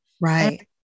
Right